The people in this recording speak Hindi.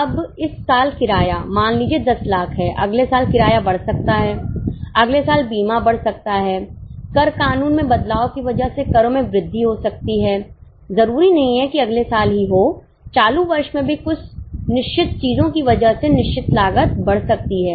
अब इस साल किराया मान लीजिए 10 लाख है अगले साल किराया बढ़ सकता है अगले साल बीमा बढ़ सकता है कर कानून में बदलाव की वजह से करों में वृद्धि हो सकती है जरूरी नहीं है कि अगले साल ही हो चालू वर्ष में भी कुछ निश्चित चीजों की वजह से निश्चित लागत बढ़ सकती है